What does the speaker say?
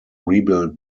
rebuilt